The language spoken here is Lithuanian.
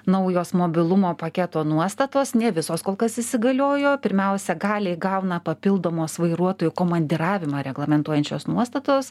naujos mobilumo paketo nuostatos ne visos kol kas įsigaliojo pirmiausia galią įgauna papildomos vairuotojų komandiravimą reglamentuojančios nuostatos